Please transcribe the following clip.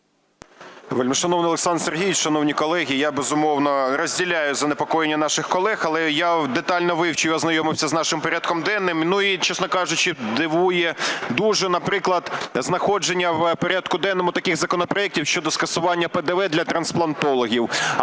Вельмишановний Олександр Сергійович, шановні колеги, я, безумовно, розділяю занепокоєння наших колег. Але я детально вивчив і ознайомився з нашим порядком денним, ну і, чесно кажучи, дивує дуже, наприклад, знаходження в порядку денному таких законопроектів щодо скасування ПДВ для трансплантологів,